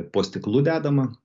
po stiklu dedama